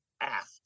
ask